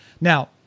Now